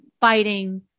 fighting